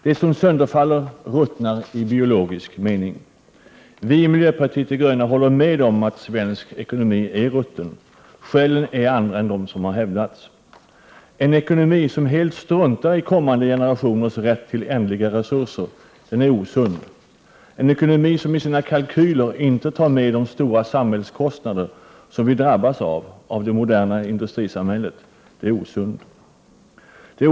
Det som sönderfaller ruttnar i biologisk mening. Vi i miljöpartiet de gröna håller med om att svensk ekonomi är rutten, men skälen är andra än dem som har hävdats. En ekonomi som helt struntar i kommande generationers rätt till de ändliga resurserna är osund. En ekonomi som i sina kalkyler inte tar med de stora samhällskostnader som vi drabbas av i det moderna industrisamhället är osund.